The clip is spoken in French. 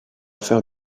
faire